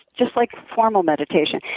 just like formal meditation.